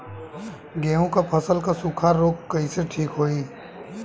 गेहूँक फसल क सूखा ऱोग कईसे ठीक होई?